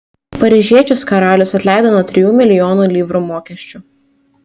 paryžiečius karalius atleido nuo trijų milijonų livrų mokesčių